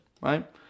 right